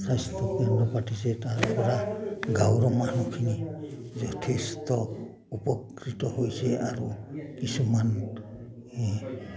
স্বাস্থ্যকেন্দ্ৰ পাতিছে তাৰপৰা গাঁৱৰ মানুহখিনি যথেষ্ট উপকৃত হৈছে আৰু কিছুমান